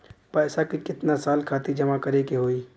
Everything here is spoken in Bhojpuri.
पैसा के कितना साल खातिर जमा करे के होइ?